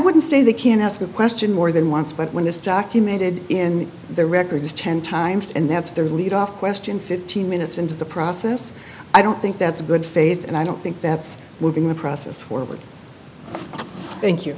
would say they can ask a question more than once but when it's documented in the records ten times and that's their lead off question fifteen minutes into the process i don't think that's good faith and i don't think that's moving the process forward thank you